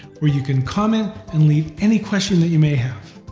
where you can comment and leave any questions that you may have.